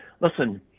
listen